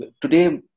today